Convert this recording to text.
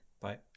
Bye